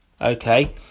okay